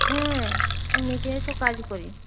হ্যাঁ আমি মিডিয়ায় তো কাজ করি